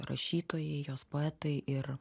rašytojai jos poetai ir